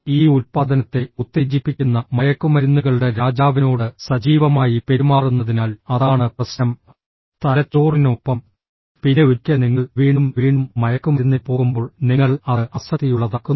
ഈ ഉൽപ്പാദനത്തെ ഉത്തേജിപ്പിക്കുന്ന മയക്കുമരുന്നുകളുടെ രാജാവിനോട് സജീവമായി പെരുമാറുന്നതിനാൽ അതാണ് പ്രശ്നം തലച്ചോറിനൊപ്പം പിന്നെ ഒരിക്കൽ നിങ്ങൾ വീണ്ടും വീണ്ടും മയക്കുമരുന്നിന് പോകുമ്പോൾ നിങ്ങൾ അത് ആസക്തിയുള്ളതാക്കുന്നു